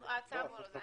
הצו הוא לא --- לא,